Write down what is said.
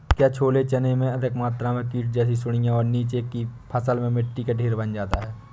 क्या छोले चने में अधिक मात्रा में कीट जैसी सुड़ियां और नीचे की फसल में मिट्टी का ढेर बन जाता है?